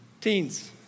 Teens